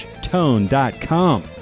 tone.com